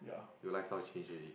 your lifestyle change already